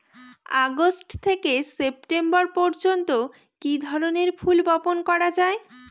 August থেকে September পর্যন্ত কি ধরনের ফুল বপন করা যায়?